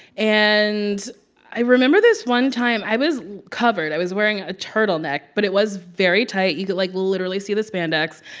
and i remember this one time, i was covered. i was wearing a turtleneck, but it was very tight. you could, like, literally see the spandex.